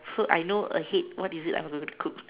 so I know ahead what is it I'm gonna cook